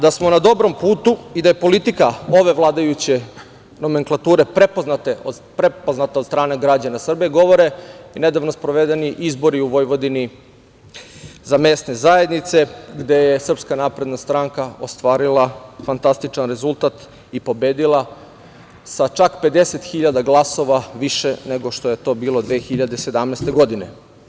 Da smo na dobrom putu i da je politika ove vladajuće nomenklature prepoznate od strane građana Srbije, govore i nedavno sprovedeni izbori u Vojvodini za mesne zajednice gde je SNS ostvarila fantastičan rezultat i pobedila sa čak 50 hiljada glasova više nego što je to bilo 2017. godine.